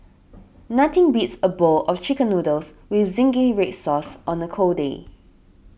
nothing beats a bowl of Chicken Noodles with Zingy Red Sauce on a cold day